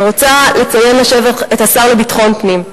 אני רוצה לציין לשבח את השר לביטחון הפנים.